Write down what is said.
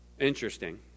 interesting